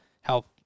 help